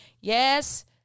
Yes